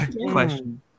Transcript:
question